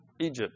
Egypt